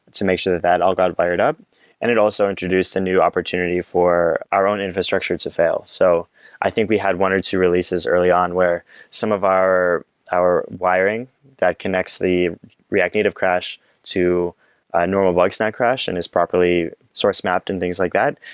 to make sure that that all got fired up and it also introduced a new opportunity for our own infrastructure to fail. so i think we had one or two releases early on, where some of our our wiring that connects the react native crash to a normal blog snag crash and is properly source mapped and things like that,